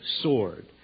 sword